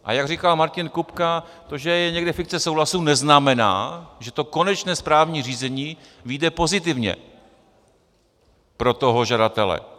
A jak už říkal Martin Kupka, to že je někde fikce souhlasu, neznamená, že to konečné správní řízení vyjde pozitivně pro toho žadatele.